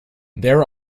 there